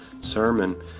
sermon